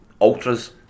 ultras